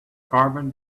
carbon